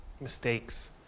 mistakes